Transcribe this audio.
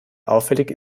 auffällig